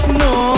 no